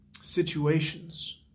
situations